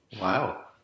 Wow